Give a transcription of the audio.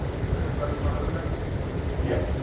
is everybody finding that yep,